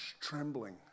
trembling